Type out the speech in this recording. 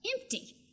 empty